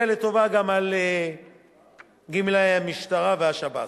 לטובה גם על גמלאי המשטרה והשב"ס.